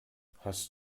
hast